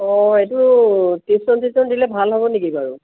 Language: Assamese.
অঁ এইটো টিউশ্যন চিউশ্যন দিলে ভাল হ'ব নেকি বাৰু